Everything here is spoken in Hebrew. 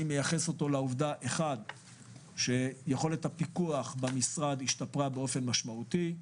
אני מייחס אותו לעובדה שיכולת הפיקוח במשרד השתפרה באופן משמעותי.